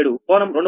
0217 కోణం 229